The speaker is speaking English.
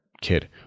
kid